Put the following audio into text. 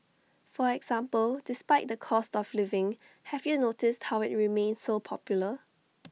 for example despite the cost of living have you noticed how IT remains so popular